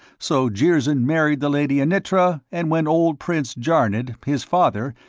so jirzyn married the lady annitra, and when old prince jarnid, his father,